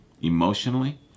emotionally